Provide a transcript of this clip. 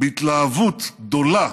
בהתלהבות גדולה,